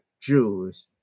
Jews